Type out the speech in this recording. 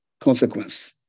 consequence